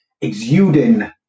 exuding